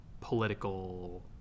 political